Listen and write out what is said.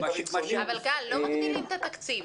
לא מגדילים את התקציב.